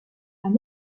dans